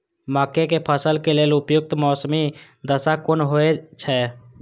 मके के फसल के लेल उपयुक्त मौसमी दशा कुन होए छै?